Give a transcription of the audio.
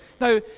Now